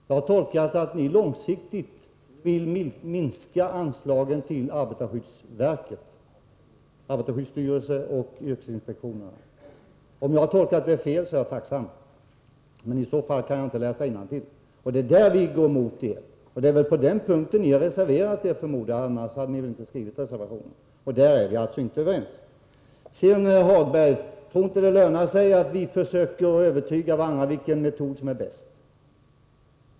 Jag har tolkat den så, att ni långsiktigt vill minska anslagen till arbetarskyddsstyrelsen och yrkesinspektionerna. Det är det vi går emot. Om jag har tolkat det fel är jag tacksam. Men i så fall kan jag inte läsa innantill. Det är väl på den punkten ni har reserverat er — annars hade ni väl inte skrivit reservationen? Där är vi alltså inte överens. Sedan till Lars-Ove Hagberg. Jag tror inte det lönar sig att vi försöker övertyga varandra om vilken metod som är bäst.